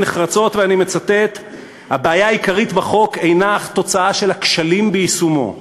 נחרצות: "הבעיה העיקרית בחוק אינה אך תוצאה של הכשלים ביישומו,